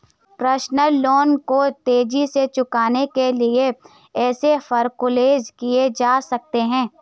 personal loan को तेजी से चुकाने के लिए इसे फोरक्लोज किया जा सकता है